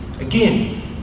Again